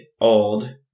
old